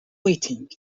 weighting